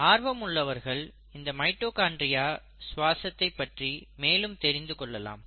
ஆர்வமுள்ளவர்கள் இந்த மைட்டோகாண்ட்ரியா சுவாசத்தை பற்றி மேலும் தெரிந்து கொள்ளலாம்